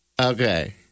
Okay